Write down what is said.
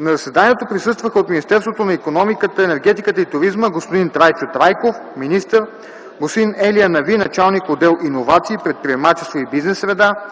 На заседанието присъстваха: от Министерството на икономиката, енергетиката и туризма господин Трайчо Трайков – министър, господин Ели Анави – началник отдел „Иновации, предприемачество и бизнес среда”,